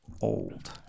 old